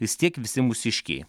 vis tiek visi mūsiškiai